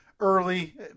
Early